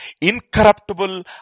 Incorruptible